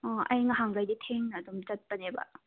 ꯑꯥ ꯑꯩ ꯉꯍꯥꯟꯒꯩꯗꯤ ꯊꯦꯡꯅ ꯑꯗꯨꯝ ꯆꯠꯄꯅꯦꯕ